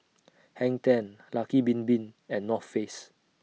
Hang ten Lucky Bin Bin and North Face